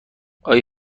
آیا